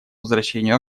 возвращению